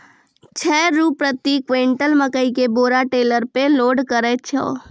छह रु प्रति क्विंटल मकई के बोरा टेलर पे लोड करे छैय?